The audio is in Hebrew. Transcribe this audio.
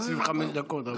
25 דקות עברו.